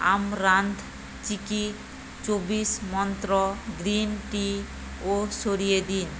amaranth চিকি চব্বিশ মন্ত্র গ্রিন টিও সরিয়ে দিন